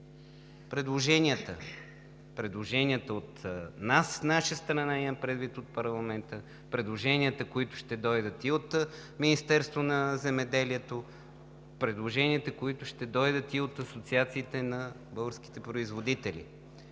предложенията от нас – от наша страна, имам предвид от парламента, предложенията, които ще дойдат и от Министерството на земеделието, предложенията, които ще дойдат и от Асоциациите на българските производители.